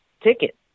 ticket